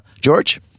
George